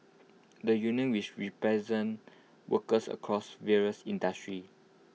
the union which represents workers across various industry